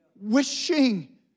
wishing